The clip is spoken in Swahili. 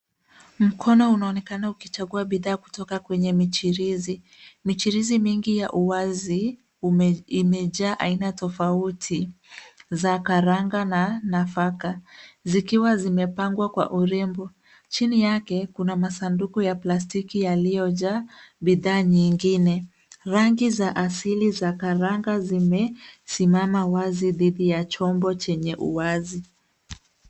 Mkono unaonekana ukichagua bidhaa kutoka kwenye michirizi. Michirizi mingi ya uwazi imejaa aina tofauti za karanga na nafaka. Zikiwa zimepangwa kwa urembo, chini yake kuna masanduku ya plastiki yaliyojaa bidhaa nyingine. Rangi za asili za karanga zimesimama wazi didhi ya chopo chenye uwazi.